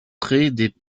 poètes